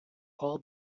all